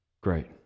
Great